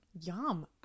Yum